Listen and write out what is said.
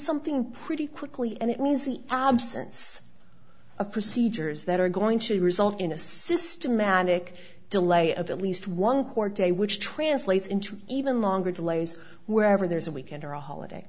something pretty quickly and it means the absence of procedures that are going to result in a systematic delay of at least one court day which translates into even longer delays wherever there's a weekend or a holiday